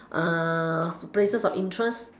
uh places of interest